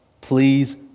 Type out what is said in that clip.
Please